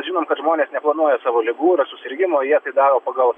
žinant kad žmonės neplanuoja savo ligų yra susirgimų jie tai daro pagal